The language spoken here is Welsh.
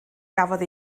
gafodd